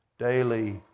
daily